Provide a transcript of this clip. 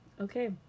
Okay